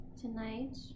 tonight